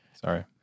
sorry